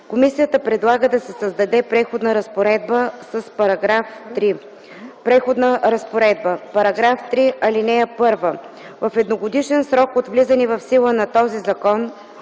Комисията предлага да се създаде Преходна разпоредба с § 3. „Преходна разпоредба § 3. (1) В едногодишен срок от влизане в сила на този закон